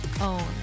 own